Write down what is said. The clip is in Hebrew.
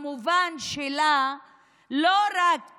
המובן שלה הוא לא רק